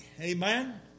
Amen